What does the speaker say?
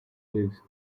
thieves